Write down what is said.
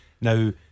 Now